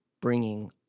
bringing